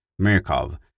Mirkov